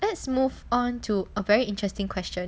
let's move on to a very interesting question